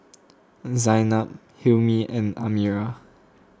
Zaynab Hilmi and Amirah